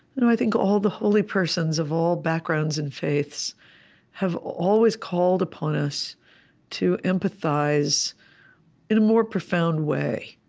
and i think all the holy persons of all backgrounds and faiths have always called upon us to empathize in a more profound way,